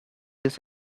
his